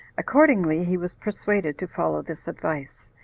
accordingly, he was persuaded to follow this advice,